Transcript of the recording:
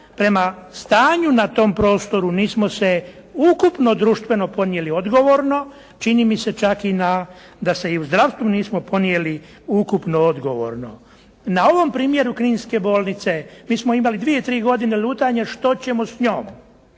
prema stanju na tom prostoru nismo se ukupno društveno ponijeli odgovorno. Čini mi se čak i na, da se i u zdravstvu nismo ponijeli ukupno odgovorno. Na ovom primjeru kninske bolnice mi smo imali dvije tri godine lutanje što ćemo s njom?